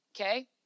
okay